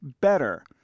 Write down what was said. better